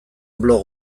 blog